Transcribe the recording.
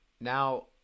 now